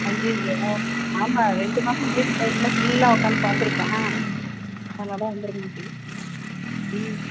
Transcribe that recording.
ஐய்யையோ ஆமாம் ரெண்டு மாதம் லீவ் விட்டதுல ஃபுல்லாக உக்கார்ந்து பார்த்துருப்பான் அதனால வந்திருக்கும் அப்படி ம்